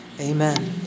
Amen